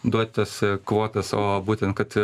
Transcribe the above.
duotas a kvotas o būtent kad